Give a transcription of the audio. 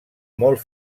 molt